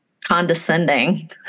condescending